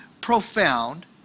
profound